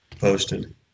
posted